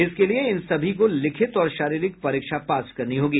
इसके लिए इन सभी को लिखित और शारीरिक परीक्षा पास करनी होगी